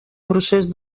procés